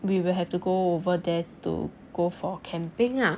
we will have to go over there to go for camping ah